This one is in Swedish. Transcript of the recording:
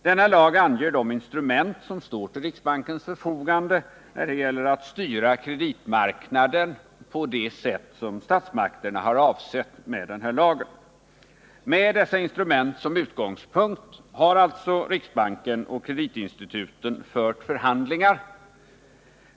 Denna lag anger de instrument som står till riksbankens förfogande när det gäller att styra kreditmarknaden på det sätt som statsmakterna avsett med lagen. Med dessa instrument som utgångspunkt har riksbanken och kreditinstituten alltså fört förhandlingar.